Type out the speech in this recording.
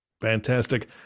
Fantastic